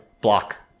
block